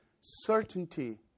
certainty